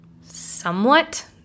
somewhat